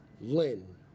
Lynn